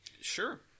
Sure